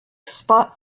spot